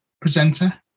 presenter